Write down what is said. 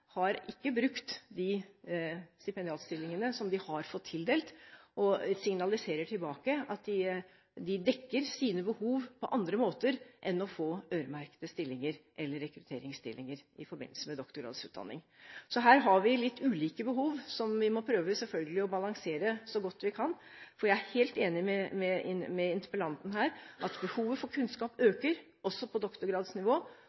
har ikke brukt de stipendiatstillingene som de har fått tildelt, og signaliserer tilbake at de dekker sine behov på andre måter enn å få øremerkede stillinger eller rekrutteringsstillinger i forbindelse med doktorgradsutdanning. Så her har vi litt ulike behov, som vi selvfølgelig må prøve å balansere så godt vi kan. Jeg er helt enig med interpellanten i at behovet for kunnskap